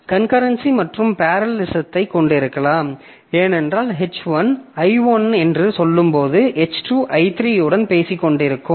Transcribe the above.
concurrency மற்றும் பேரலலிசத்தைக் கொண்டிருக்கலாம் ஏனென்றால் H1 I1 என்று சொல்லும்போது H2 I3 உடன் பேசிக் கொண்டிருக்கலாம்